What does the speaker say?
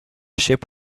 ship